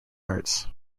arts